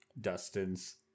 Dustin's